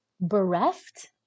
bereft